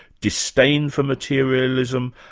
disdain for materialism,